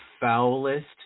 foulest